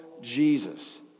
Jesus